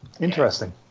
Interesting